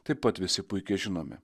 taip pat visi puikiai žinome